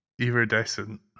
Iridescent